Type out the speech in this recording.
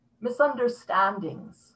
misunderstandings